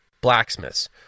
blacksmiths